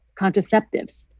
contraceptives